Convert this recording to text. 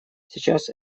сейчас